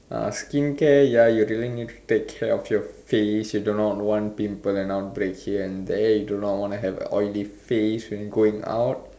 uh skincare ya you really need to take care of your face you do not want pimple and outbreaks here and there you do not want to have oily face when you going out